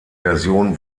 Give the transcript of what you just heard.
version